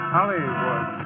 Hollywood